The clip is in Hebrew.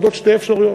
עומדות שתי אפשרויות: